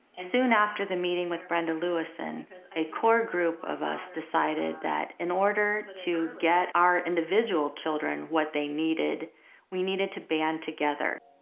ah soon after the meeting with brenda louisin, a core group of us decided that in order to get our individual children what they needed we needed to band together.